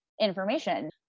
information